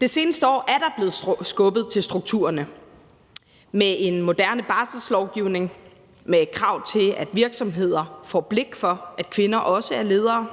Det seneste år er der blevet skubbet til strukturerne. Med en moderne barselslovgivning med krav til, at virksomheder får blik for, at kvinder også er ledere,